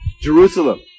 Jerusalem